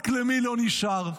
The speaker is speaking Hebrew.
רק למי לא נשאר?